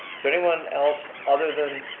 there anyone else other than,